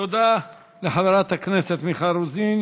תודה לחברת הכנסת מיכל רוזין.